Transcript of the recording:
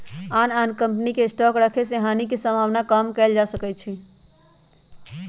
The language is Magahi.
आन आन कम्पनी के स्टॉक रखे से हानि के सम्भावना कम कएल जा सकै छइ